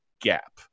gap